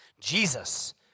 Jesus